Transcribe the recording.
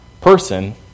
person